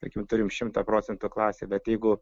tarkim turim šimtą procentų klasėj bet jeigu